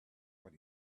what